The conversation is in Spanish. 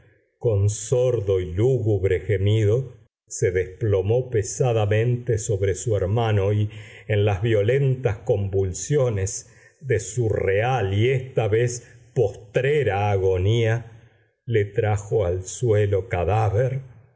con sordo y lúgubre gemido se desplomó pesadamente sobre su hermano y en las violentas convulsiones de su real y esta vez postrera agonía le trajo al suelo cadáver